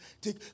Take